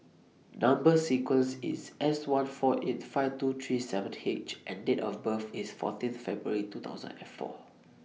Number sequence IS S one four eight five two three seven H and Date of birth IS fourteen February two thousand and four